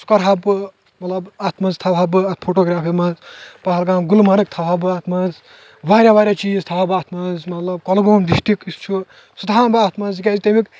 سہُ کٔرٕہا بہٕ مطلب اتھ منٛز تھاوٕہا بہٕ اتھ فوٹُوگرافی منٛز پہلگام گُلمرگ تھاوٕہا بہٕ اتھ منٛز واریاہ واریاہ چیٖز تھاوٕہا بہٕ اتھ منٛز مطلب کۄلہٕ گوٗم ڈسٹرک یُس چھُ سہُ تھاوہَن بہٕ اتھ منٛز تِکیازِ تِمیُک